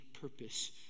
purpose